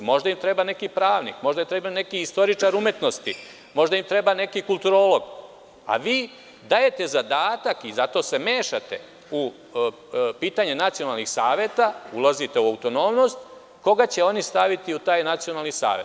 Možda im treba neki pravnik, možda im treba neki istoričar umetnosti, možda im treba neki kulturolog, a vi dajete zadatak i zato se mešate u pitanje nacionalnih saveta, ulazite u autonomnost, koga će oni staviti u taj nacionalni savet.